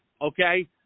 okay